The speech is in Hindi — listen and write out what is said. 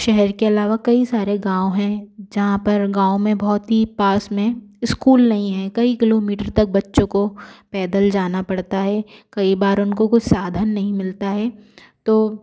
शहर के अलावा कई सारे गाँव हैं जहाँ पर गाँव में बहुत ही पास में इस्कूल नई है कई किलोमीटर तक बच्चों को पैदल जाना पड़ता है कई बार उनको कुछ साधान नहीं मिलता है तो